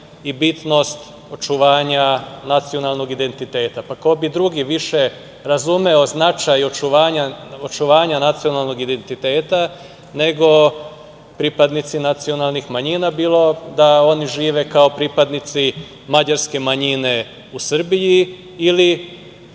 i bitnost očuvanja nacionalnog identiteta. Pa, ko bi drugi više razumeo značaj očuvanja nacionalnog identiteta nego pripadnici nacionalnih manjina, bilo da oni žive kao pripadnici mađarske manjine u Srbiji ili